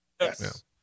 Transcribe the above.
Yes